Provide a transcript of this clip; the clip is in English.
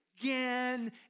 again